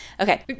Okay